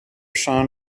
son